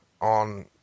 on